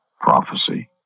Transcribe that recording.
Prophecy